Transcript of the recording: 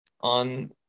on